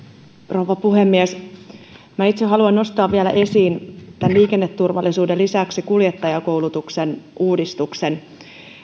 rouva puhemies itse haluan vielä nostaa esiin tämän liikenneturvallisuuden lisäksi kuljettajakoulutuksen uudistuksen